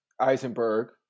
Eisenberg